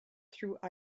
through